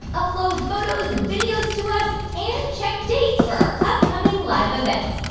upload photos and videos to us and check dates for our upcoming live events.